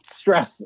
stress